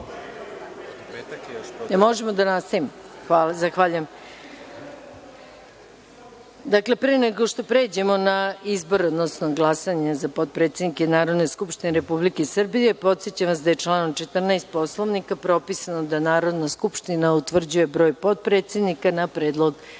potpredsednike parlamenta. (Da)Pre nego što pređemo na izbor, odnosno glasanje za potpredsednike Narodne skupštine Republike Srbije, podsećam vas da je članom 14. Poslovnika propisano da Narodna skupština utvrđuje broj potpredsednika na predlog predsednika